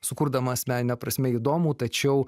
sukurdamas menine prasme įdomų tačiau